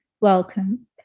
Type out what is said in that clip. welcome